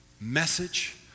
message